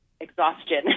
exhaustion